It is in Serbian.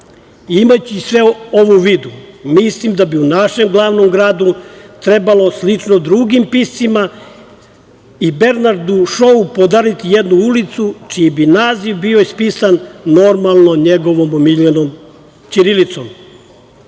sve ovo u vidu, mislim da bi u našem glavnom gradu trebalo slično drugim piscima i Bernardu Šou podariti jednu ulicu, čiji bi naziv bio ispisan njegovom omiljenom ćirilicom. Radi